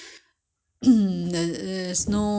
可以自己决定 mah 你要放什么都是可以的 mah